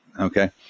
Okay